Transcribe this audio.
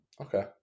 Okay